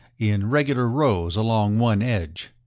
in regular rows along one edge.